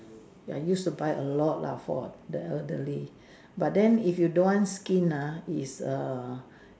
ya used to buy a lot lah for the elderly but then if you don't want skin ah is err